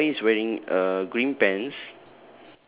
okay the boy is wearing uh green pants